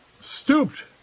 stooped